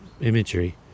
imagery